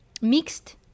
mixed